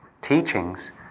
teachings